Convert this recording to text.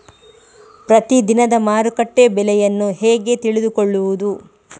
ಪ್ರತಿದಿನದ ಮಾರುಕಟ್ಟೆ ಬೆಲೆಯನ್ನು ಹೇಗೆ ತಿಳಿದುಕೊಳ್ಳುವುದು?